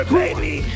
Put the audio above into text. baby